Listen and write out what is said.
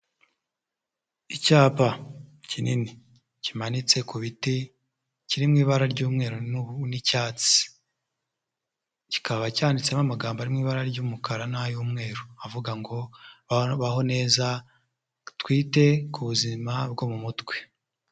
Icyapa kinini kimanitse ku biti kiri mu ibara ry'umweru n'icyatsi, kikaba cyanditsemo amagambo ari mu ibara ry'umukara n'ay'umweru avuga ngo baho neza, twite ku buzima bwo mu mutwe.